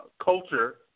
culture